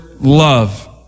love